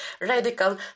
radical